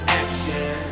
action